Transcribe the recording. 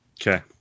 Okay